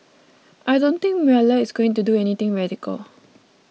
I don't think Mueller is going to do anything radical